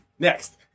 Next